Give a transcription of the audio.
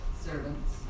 Servants